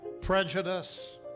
prejudice